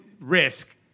risk